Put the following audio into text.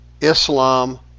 Islam